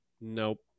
nope